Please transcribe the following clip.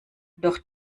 doch